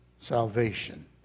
salvation